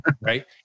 Right